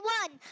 one